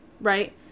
Right